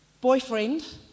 boyfriend